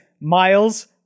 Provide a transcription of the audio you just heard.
Miles